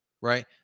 Right